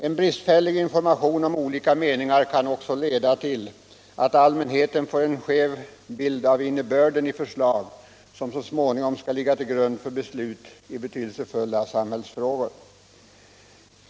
En bristfällig information om olika meningar kan också leda till att allmänheten får en skev bild av innebörden i förslag som så småningom skall ligga till grund för beslut i betydelsefulla samhällsfrågor.